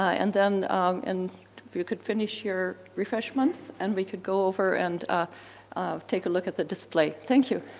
ah and then and if you could finish your refreshments and we could go over and ah take a look at the display. thank you.